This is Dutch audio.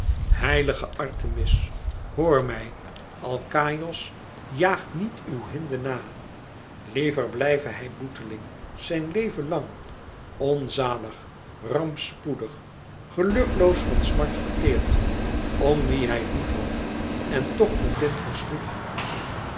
heilige artemis hoor mij alkaïos jaagt niet uw hinde na liever blijve hij boeteling zijn leven lang onzalig rampspoedig gelukloos van smart verteerd om wie hij lief had en toch verblind versloeg